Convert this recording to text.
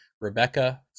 Rebecca